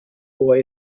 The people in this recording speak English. boy